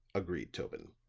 agreed tobin.